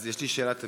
אז יש לי שאלת המשך,